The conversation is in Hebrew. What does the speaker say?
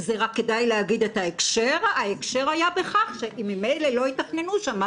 רק כדאי להגיד את ההקשר ההקשר היה בכך שאם ממילא לא יתכננו שם,